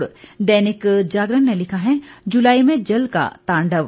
जबकि दैनिक जागरण ने लिखा है जुलाई में जल का तांडव